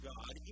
God